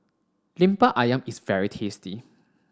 Lemper Ayam is very tasty